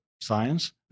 science